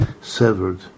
severed